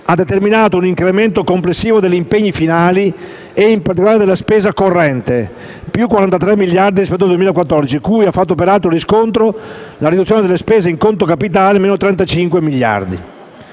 ha determinato un incremento complessivo degli impegni finali, in particolare della spesa corrente (più 43 miliardi di euro rispetto al 2014), cui ha fatto peraltro riscontro la riduzione della spesa in conto capitale (meno 35 miliardi